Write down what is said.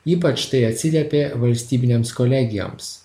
ypač tai atsiliepė valstybinėms kolegijoms